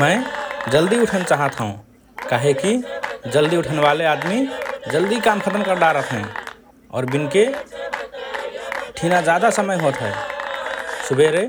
मए जल्दि उठन चाहत हओं । काहिकि जल्दि उठनवाले आदमी जल्दि अपन काम खतम करडारत हएँ और बिनके? ठिना जाधा समय होत हए । सुबेरे